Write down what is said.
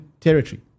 territory